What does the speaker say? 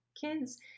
kids